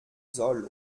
soll